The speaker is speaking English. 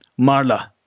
Marla